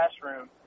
classroom